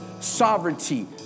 sovereignty